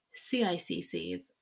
CICCs